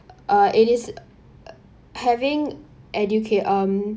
uh it is having educa~ um